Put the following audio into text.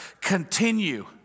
continue